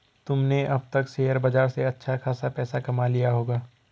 तुमने अब तक शेयर बाजार से अच्छा खासा पैसा कमा लिया होगा